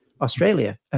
Australia